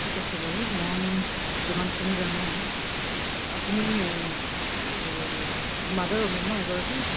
ঠিক আছে বাৰু মই যিমানখিনি জানো আপুনি মাডাৰ অ'মেন নহ্ এগৰাকী